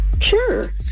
Sure